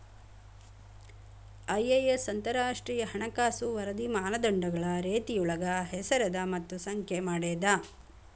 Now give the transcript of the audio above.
IAS ಅಂತರಾಷ್ಟ್ರೇಯ ಹಣಕಾಸು ವರದಿ ಮಾನದಂಡಗಳ ರೇತಿಯೊಳಗ ಹೆಸರದ ಮತ್ತ ಸಂಖ್ಯೆ ಮಾಡೇದ